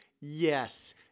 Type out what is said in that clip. yes